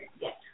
Yes